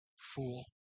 Fool